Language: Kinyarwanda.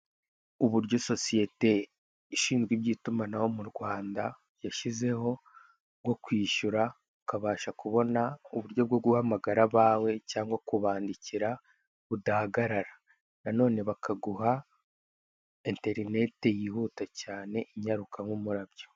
Uburyo sosiyete ishinzwe iby'itumanaho mu Rwanda yashyizeho bwo kwishyura ukabasha kubona uburyo bwo guhamagara abawe cyangwa kubandikira budahagarara, na none bakaguha enterinete yihuta cyane inyaruka nk'umurabyo.